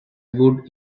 would